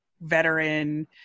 veteran